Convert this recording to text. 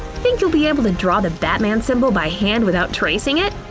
think you'd be able to draw the batman symbol by hand without tracing it?